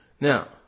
Now